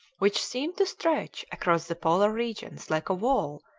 which seemed to stretch across the polar regions like a wall,